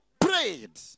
prayed